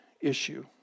issue